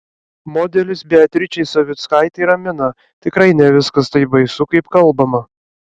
modelis beatričė savickaitė ramina tikrai ne viskas taip baisu kaip kalbama